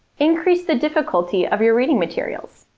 increase the difficulty of your reading materials.